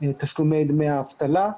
תשלומי דמי האבטלה.